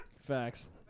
Facts